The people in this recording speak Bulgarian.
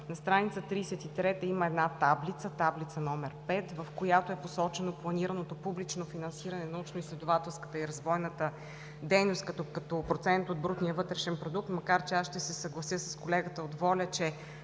на стр. 33 има таблица – Таблица № 5, в която е посочено планираното публично финансиране на научноизследователската и развойната дейност като процент от брутния вътрешен продукт. Аз обаче ще се съглася с колегата от „Воля“, че